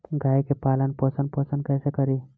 गाय के पालन पोषण पोषण कैसे करी?